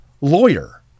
lawyer